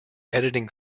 editing